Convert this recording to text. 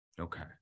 Okay